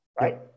right